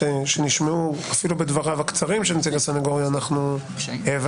שנשמעו אפילו בדבריו הקצרים של נציג הסנגוריה העברנו